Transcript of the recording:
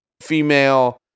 female